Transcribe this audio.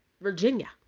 Virginia